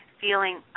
feeling